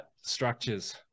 structures